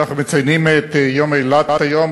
אנחנו מציינים את יום אילת היום,